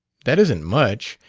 that isn't much.